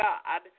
God